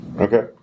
Okay